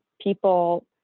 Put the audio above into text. people